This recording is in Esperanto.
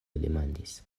demandis